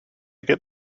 get